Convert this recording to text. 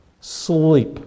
sleep